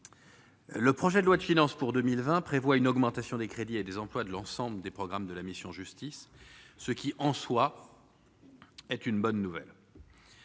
le projet de loi de finances pour 2020 prévoit une augmentation des crédits et des employes de l'ensemble des programmes de la mission Justice ce qui en soi est une bonne nouvelle,